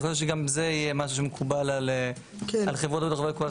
יכול להיות שגם זה יהיה משהו שמקובל על חברות הביטוח.